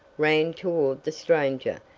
ran toward the stranger,